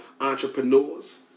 entrepreneurs